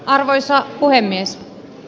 arvoisa puhemies